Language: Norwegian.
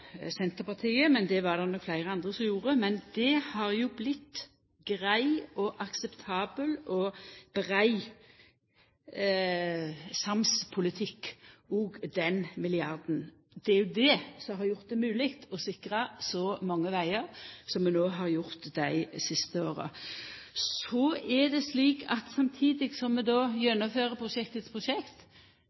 Senterpartiet, men det var det nok fleire andre som gjorde. Men den milliarden har jo vorte grei, akseptabel og brei sams politikk. Det er jo det som har gjort det mogleg å sikra så mange vegar som vi har gjort no dei siste åra. Men samtidig som vi gjennomfører prosjekt etter prosjekt,